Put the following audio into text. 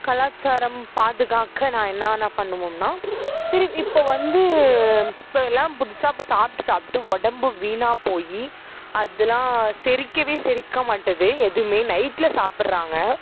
கலாச்சாரம் பாதுகாக்க நான் என்னன்ன பண்ணுவோம்னா இப்போது வந்து இப்போ எல்லாம் புதுசாக இப்போ சாப்பிட்டு சாப்பிட்டு உடம்பு வீணாக போய் அதலாம் செரிக்கவே செரிக்க மாட்டுது எதுவும் நைட்டில் சாப்புடுறாங்க